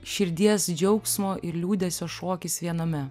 širdies džiaugsmo ir liūdesio šokis viename